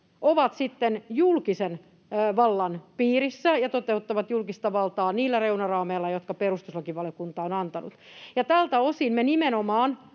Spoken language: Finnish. sitten julkisen vallan piirissä ja toteuttavat julkista valtaa niillä reunaraameilla, jotka perustuslakivaliokunta on antanut. Tältä osin meidän